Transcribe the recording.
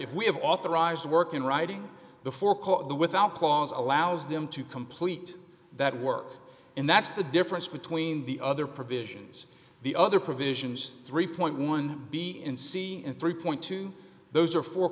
if we have authorized the work in writing before call the with out clause allows them to complete that work and that's the difference between the other provisions the other provisions three point one b in c and three point two those are four